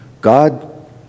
God